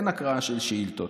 אין הקראה של שאילתות.